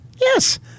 Yes